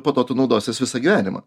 po to tu naudosies visą gyvenimą